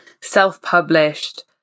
self-published